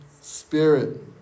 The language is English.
spirit